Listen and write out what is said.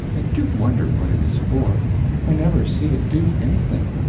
i do wonder what it is for i never see it do anything.